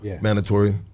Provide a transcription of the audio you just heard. Mandatory